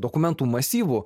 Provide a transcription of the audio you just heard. dokumentų masyvu